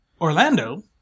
Orlando